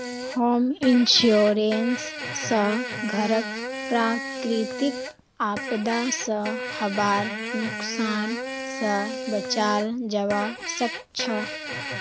home insurance स घरक प्राकृतिक आपदा स हबार नुकसान स बचाल जबा सक छह